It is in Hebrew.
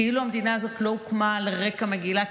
כאילו המדינה הזאת לא הוקמה על רקע מגילת